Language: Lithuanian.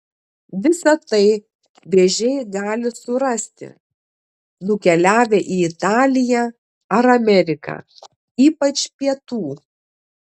visa tai vėžiai gali surasti nukeliavę į italiją ar ameriką ypač pietų